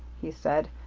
he said.